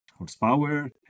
horsepower